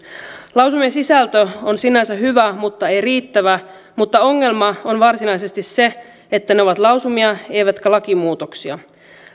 lausumien sisältö on sinänsä hyvä mutta ei riittävä mutta ongelma on varsinaisesti se että ne ovat lausumia eivätkä lakimuutoksia